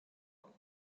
món